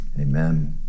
amen